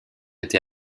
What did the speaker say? été